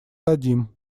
дадим